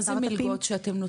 איזה מלגות אתם נותנים?